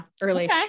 Early